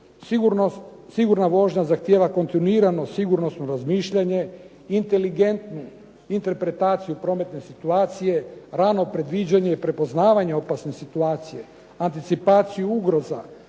Sigurna vožnja zahtijeva kontinuirano sigurnosno razmišljanja, inteligentnu interpretaciju prometne situacije, rano predviđanje i prepoznavanje opasne situacije, anticipaciju ugroza,